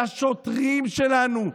לשוטרים שלנו,